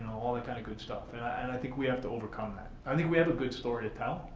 all that kind of good stuff and i and i think we have to overcome that. i think we have a good story to tell.